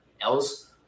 else